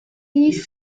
east